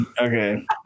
Okay